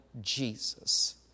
Jesus